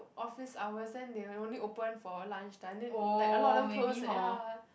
office hours then they only open for lunch time then like a lot of them closed ya